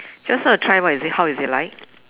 just want to try what is it how is it like